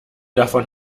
davon